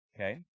Okay